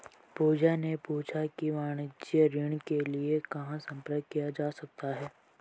पूजा ने पूछा कि वाणिज्यिक ऋण के लिए कहाँ संपर्क किया जा सकता है?